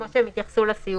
כמו שהם התייחסו לסיעוד.